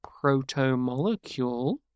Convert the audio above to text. proto-molecule